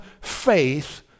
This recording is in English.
faith